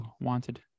wanted